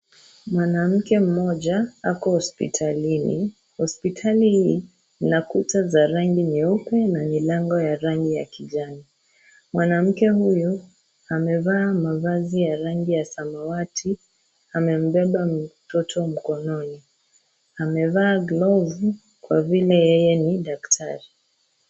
Mwanamke mmoja ako hospitalini. Hospitali hii ina kuta za rangi nyeupe na milango ya rangi ya kijani. Mwanamke huyu amevaa mavazi ya rangi ya samawati. Amembeba mtoto mkononi. Amevaa glovu kwa vile yeye ni daktari.